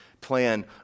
plan